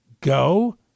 go